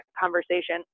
conversation